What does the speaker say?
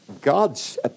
God's